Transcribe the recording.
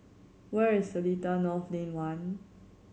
where is Seletar North Lane One